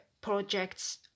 projects